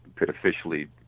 officially